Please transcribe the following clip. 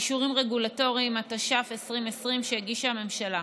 (אישורים רגולטוריים), התש"ף 2020, שהגישה הממשלה.